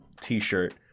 t-shirt